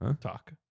talk